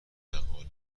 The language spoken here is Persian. مقاله